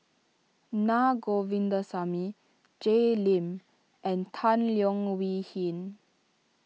Naa Govindasamy Jay Lim and Tan Leo Wee Hin